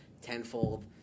tenfold